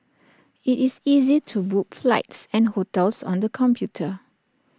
IT is easy to book flights and hotels on the computer